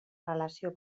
relació